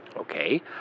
Okay